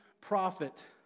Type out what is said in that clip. prophet